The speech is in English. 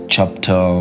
Chapter